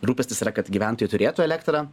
rūpestis yra kad gyventojai turėtų elektrą